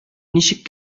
ничек